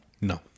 No